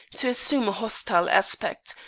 to assume a hostile aspect,